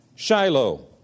Shiloh